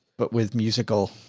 but with musical,